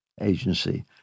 Agency